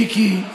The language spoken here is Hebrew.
מיקי,